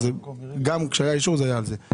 אז גם כשהיה אישור זה היה על זה.